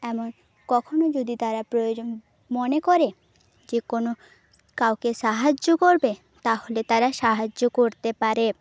এমন কখনো যদি তারা প্রয়োজন মনে করে যে কোনো কাউকে সাহায্য করবে তাহলে তারা সাহায্য করতে পারে